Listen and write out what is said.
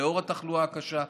לנוכח התחלואה הקשה.